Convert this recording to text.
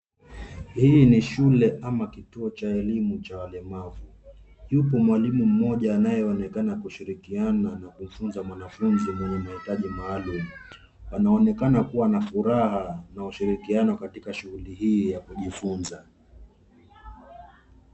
Hii ni shule ama kituo cha elimu cha walemavu. Yupo mwalimu mmoja anayeonekana kushirikiana na kumfunza mwanafunzi mwenye mahitaji maalum. Anaonekana kuwa na furaha na ushirikiano katika shughuli hii ya kujifunza.